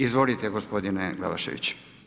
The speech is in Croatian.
Izvolite gospodine Glavašević.